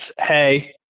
hey